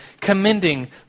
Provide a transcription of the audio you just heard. commending